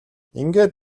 ингээд